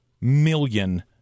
million